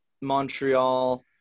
Montreal